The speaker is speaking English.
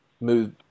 move